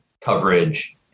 coverage